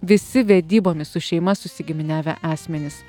visi vedybomis su šeima susigiminiavę asmenys